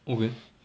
okay